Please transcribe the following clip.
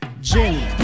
Jenny